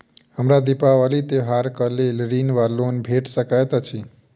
हमरा दिपावली त्योहारक लेल ऋण वा लोन भेट सकैत अछि?